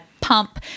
pump